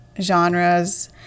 genres